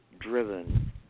driven